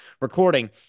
recording